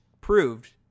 proved